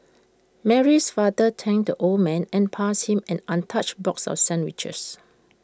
Mary's father thanked the old man and passed him an untouched box of sandwiches